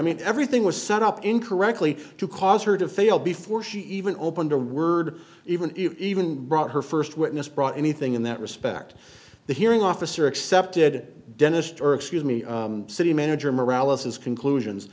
mean everything was set up incorrectly to cause her to fail before she even opened her word even even brought her first witness brought anything in that respect the hearing officer accepted dentist or excuse me city manager morale is his conclusions